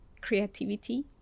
creativity